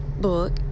book